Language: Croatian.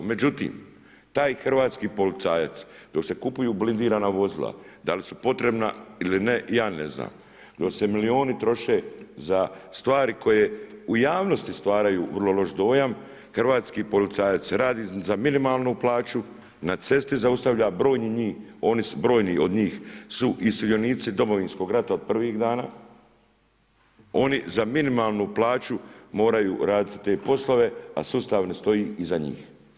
Međutim, taj hrvatski policajac, dok se kupuju blindirana vozila, da li su potrebna ili ne, ja ne znam, dok se milioni troše za stvari koje u javnosti stvaraju vrlo loš dojam, hrvatski policajac radi za minimalnu plaću, na cesti zaustavlja, brojni od njih su iseljenici Domovinskog rata od prvih dana, oni za minimalnu plaću moraju raditi te poslove, a sustav ne stoji iza njih.